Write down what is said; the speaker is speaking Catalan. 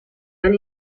tan